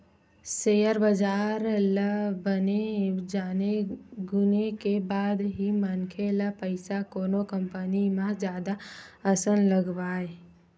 share बजार ल बने जाने गुने के बाद ही मनखे ल पइसा कोनो कंपनी म जादा असन लगवाय